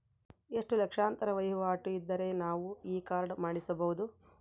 ಎಷ್ಟು ಲಕ್ಷಾಂತರ ವಹಿವಾಟು ಇದ್ದರೆ ನಾವು ಈ ಕಾರ್ಡ್ ಮಾಡಿಸಬಹುದು?